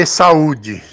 saúde